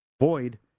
Void